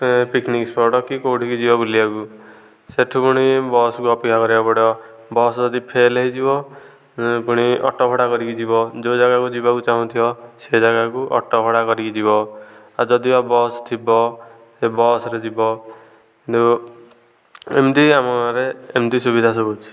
ଏ picnic spot କି କୋଉଁଠିକି ଯିବ ବୁଲିବାକୁ ସେଇଠୁ ପୁଣି ବସକୁ ଅପେକ୍ଷା କରିବାକୁ ପଡ଼ିବ ବସ୍ ଯଦି ଫେଲ୍ ହୋଇଯିବ ପୁଣି ଅଟୋ ଭଡ଼ା କରିକି ଯିବ ଯେଉଁ ଜାଗାକୁ ଯିବାକୁ ଚାଁହୁଥିବ ସେ ଜାଗାକୁ ଅଟୋ ଭଡ଼ା କରିକି ଯିବ ଆଉ ଯଦି ବା ବସ ଥିବ ସେ ବସରେ ଯିବ ଏମତି ଆମ ଘରେ ଏମତି ସୁବିଧା ସବୁ ଅଛି